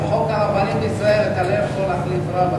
בחוק הרבנים בישראל אתה לא יכול להחליף רב.